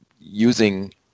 using